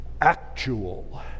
actual